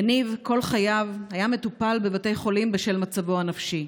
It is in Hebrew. יניב כל חייו היה מטופל בבתי חולים בשל מצבו הנפשי.